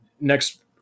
next